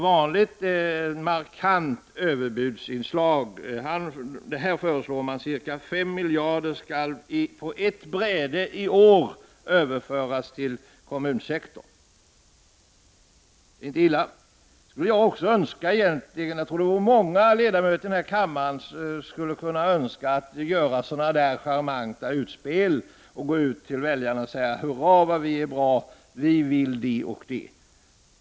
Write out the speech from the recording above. — med ett markant överbud. Här föreslår man att ca 5 miljarder skall på ett bräde i år överföras till kommunsektorn. Inte illa! Det skulle jag önska också egentligen. Jag tror att många ledamöter här i kammaren önskar att de kunde göra sådana charmanta utspel och sedan gå ut till väljarna och säga: Hurra, vad vi är bra, vi vill det och det!